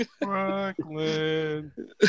Brooklyn